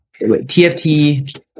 TFT